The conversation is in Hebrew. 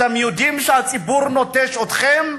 אתם יודעים שהציבור נוטש אתכם.